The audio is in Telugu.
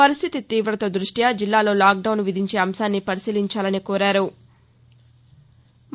పరిస్టితి తీవత దృష్ట్య జిల్లాలో లాక్ డౌన్ విధించే అంశాన్ని పరిశీలించాలని కోరారు